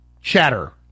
Chatter